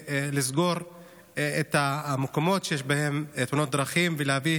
נסגור את המקומות שיש בהם תאונות דרכים ונביא